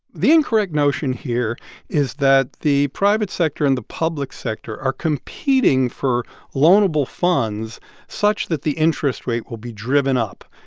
the incorrect notion here is that the private sector and the public sector are competing for loanable funds such that the interest rate will be driven up.